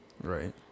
right